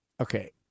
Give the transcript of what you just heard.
Okay